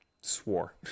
swore